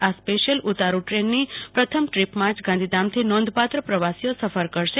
આ સ્પેશિયલ ઉતારું ટ્રેનની પ્રથમ ટ્રીપમાં જ ગાંધીધામથી નોંધપાત્ર પ્રવાસીઓ સફર કરશે